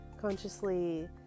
consciously